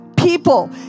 people